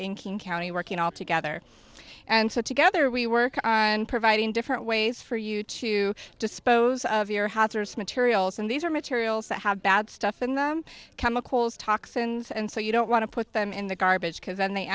in king county working all together and so together we work on providing different ways for you to dispose of your house or is materials and these are materials that have bad stuff in them chemicals toxins and so you don't want to put them in the garbage because then they